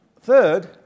Third